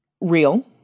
Real